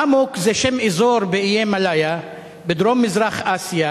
אמוק זה שם אזור באיי מלאיה בדרום-מזרח אסיה,